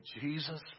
Jesus